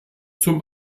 zum